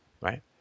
right